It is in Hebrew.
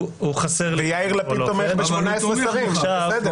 היה לי